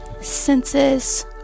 senses